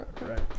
Right